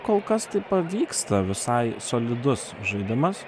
kol kas tai pavyksta visai solidus žaidimas